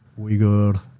Uyghur